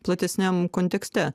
platesniam kontekste